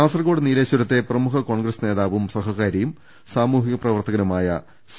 കാസർകോട് നീലേശ്വരത്തെ പ്രമുഖ കോൺഗ്രസ് നേതാവും സഹകാരിയും സാമൂഹിക പ്രവർത്തകനുമായ സി